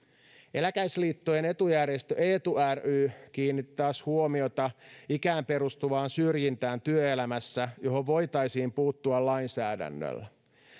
eläkeläisliittojen etujärjestö eetu ry taas kiinnitti huomiota ikään perustuvaan syrjintään työelämässä johon voitaisiin puuttua lainsäädännöllä